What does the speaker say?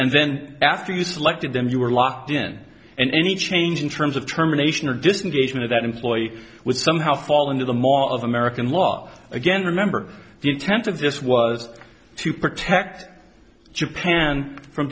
and then after you selected them you were locked in and any change in terms of terminations or disengagement that employee would somehow fall into the mall of american law again remember the intent of this was to protect japan from